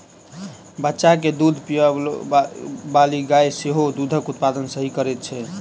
बच्चा के दूध पिआबैबाली गाय सेहो दूधक उत्पादन सही करैत छै